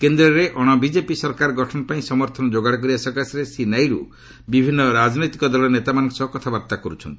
କେନ୍ଦ୍ରରେ ଅଣ ବିଜେପି ସରକାର ଗଠନ ପାଇଁ ସମର୍ଥନ ଯୋଗାଡ଼ କରିବା ସକାଶେ ଶ୍ରୀ ନାଇଡ଼ୁ ବିଭିନ୍ନ ରଜାନୈତିକ ଦଳର ନେତାମାନଙ୍କ ସହ କଥାବାର୍ତ୍ତା କରୁଛନ୍ତି